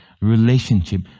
relationship